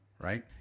Right